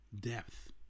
depth